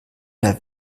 der